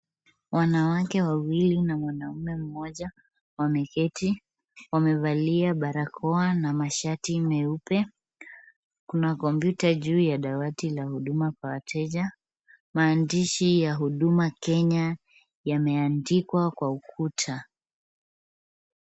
Wanawake wawili na mwanamme mmoja wameketi, wamevalia barakoa na mashati meupe. Kuna kompyuta juu ya dawati la huduma kwa wateja. Maandishi ya huduma Kenya yameandikwa kwa ukuta.